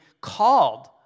called